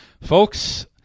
Folks